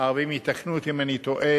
הערבים יתקנו אותי אם אני טועה,